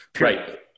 right